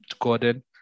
Gordon